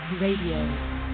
Radio